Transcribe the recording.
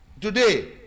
Today